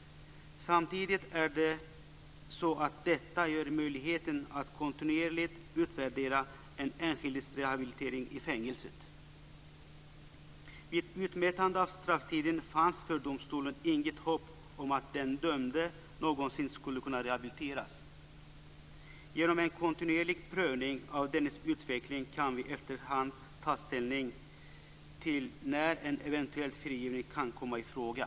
Samtidigt ger detta möjligheten att kontinuerligt utvärdera en enskilds rehabilitering i fängelset. Vid utmätande av strafftiden fanns för domstolen inget hopp om att den dömde någonsin skulle kunna rehabiliteras. Genom en kontinuerlig prövning av dennes utveckling kan vi efterhand ta ställning till när en eventuell frigivning kan komma i fråga.